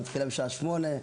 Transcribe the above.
שמתחילה בשעה 08:00,